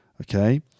okay